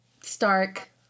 Stark